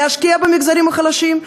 להשקיע במגזרים החלשים,